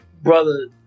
brother